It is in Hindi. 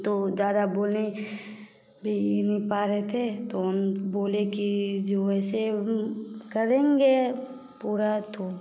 तो ज़्यादा बोलें पा रहे थे तो हम बोले कि जो वैसे करेंगे पूरा तो